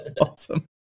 awesome